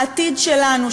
העתיד שלנו,